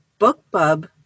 BookBub